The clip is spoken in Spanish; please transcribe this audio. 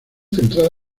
centrada